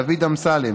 דוד אמסלם,